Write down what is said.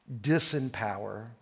disempower